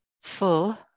full